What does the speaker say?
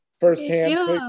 first-hand